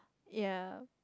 ya